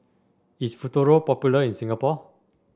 is Futuro popular in Singapore